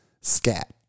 scat